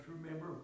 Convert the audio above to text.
remember